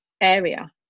area